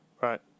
Right